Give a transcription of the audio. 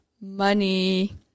money